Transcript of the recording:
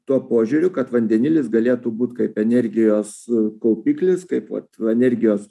tuo požiūriu kad vandenilis galėtų būt kaip energijos kaupiklis kaip vat energijos